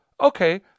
okay